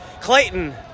Clayton